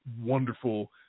wonderful